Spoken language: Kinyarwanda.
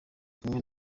kumwe